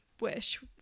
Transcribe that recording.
wish